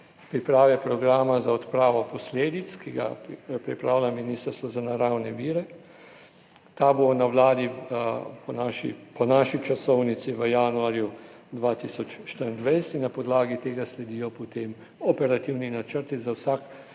priprave programa za odpravo posledic, ki ga pripravlja Ministrstvo za naravne vire in prostor, ta bo na Vladi po naši časovnici v januarju 2024 in na podlagi tega sledijo potem operativni načrti za vsako